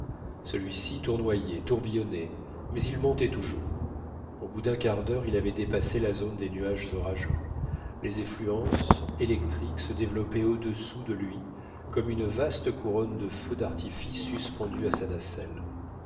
celui-ci tournoyait tourbillonnait mais il montait toujours au bout d'un quart d'heure il avait dépassé la zone des nuages orageux les effluences électriques se développaient au-dessous de lui comme une vaste couronne de feux d'artifices suspendus à sa nacelle